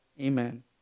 Amen